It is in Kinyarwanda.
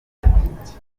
icyo